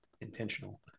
intentional